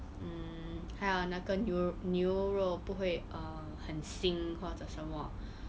mm 还有那个牛牛肉不会 err 很腥或者什么